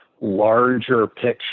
larger-picture